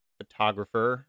photographer